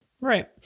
right